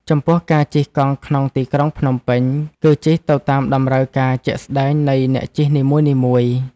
ចំពោះ ការជិះកង់ក្នុងទីក្រុងភ្នំពេញ គឺជិះទៅតាមតម្រូវការជាក់ស្ដៃងនៃអ្នកជិះនីមួយៗ។